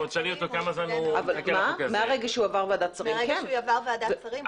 מרגע שעבר ועדת שרים.